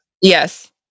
Yes